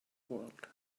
world